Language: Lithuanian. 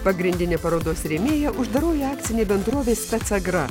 pagrindinė parodos rėmėja uždaroji akcinė bendrovė specagra